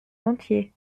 dentier